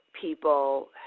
people